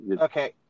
Okay